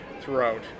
throughout